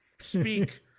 speak